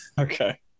Okay